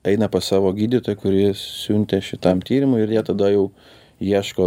eina pas savo gydytoją kuris siuntė šitam tyrimui ir jie tada jau ieško